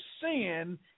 sin